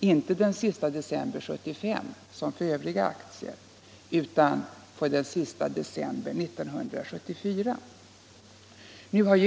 inte den sista december 1975 som för övriga aktier utan den sista december 1974.